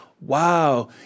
Wow